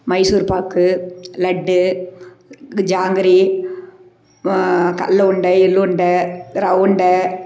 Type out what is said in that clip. மைசூர் பாகு லட்டு ஜாங்கிரி கடல உருண்டை எள்ளுருண்டை ரவுண்ட